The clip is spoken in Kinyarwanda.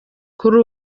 kuri